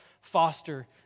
foster